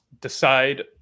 decide